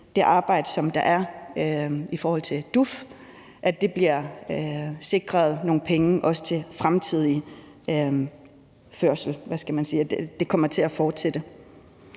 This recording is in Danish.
det arbejde, som der er i forhold til DUF, og at det bliver sikret nogle penge, sådan at det kommer til at fortsætte.